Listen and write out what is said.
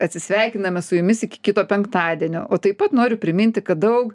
atsisveikiname su jumis iki kito penktadienio o taip pat noriu priminti kad daug